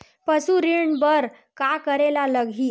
पशु ऋण बर का करे ला लगही?